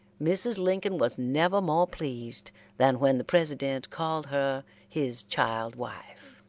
mrs. lincoln was never more pleased than when the president called her his child-wife.